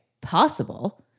Possible